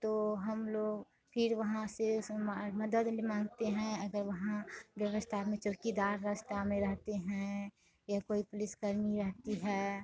तो हम लोग फिर वहाँ से उसमें मदद मांगते हैं अगर वहाँ व्यवस्था में चौकीदार रस्ता में रहते हैं या कोई पुलिस कर्मी रहती है